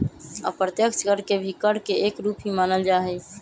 अप्रत्यक्ष कर के भी कर के एक रूप ही मानल जाहई